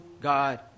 God